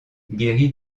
guéri